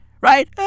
Right